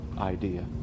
idea